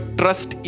trust